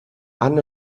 han